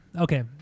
Okay